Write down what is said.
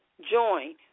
Join